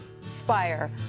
spire